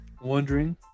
Wondering